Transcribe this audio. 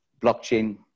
blockchain